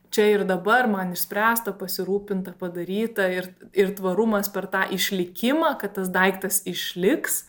čia ir dabar man išspręsta pasirūpinta padaryta ir ir tvarumas per tą išlikimą kad tas daiktas išliks